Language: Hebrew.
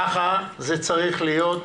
ככה זה צריך להיות.